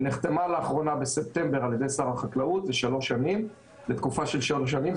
היא נחתמה לאחרונה בספטמבר על ידי שר החקלאות לתקופה של שלוש שנים.